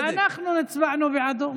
ואנחנו הצבענו בעדו.